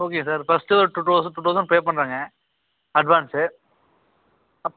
okay sir first ஒரு two thousand two thousand pay பண்ணுறேங்க advance அப்புறம்